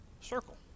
circle